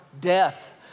death